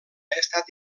estat